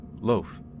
Loaf